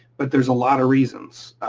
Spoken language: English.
but there's a lot of reasons.